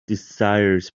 desires